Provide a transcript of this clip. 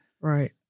Right